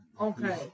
Okay